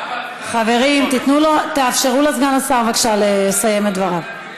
חברים, תאפשרו לסגן השר, בבקשה, לסיים את דבריו.